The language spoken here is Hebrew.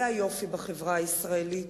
זה היופי בחברה הישראלית.